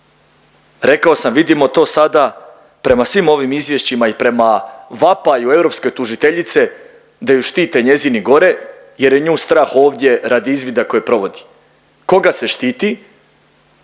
Rekao sam vidimo to sada prema svim ovim izvješćima i prema vapaju europske tužiteljice da ju štite njezini gore, jer je nju strah ovdje radi izvida koje provodi. Koga se štiti?